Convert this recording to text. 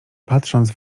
patrząc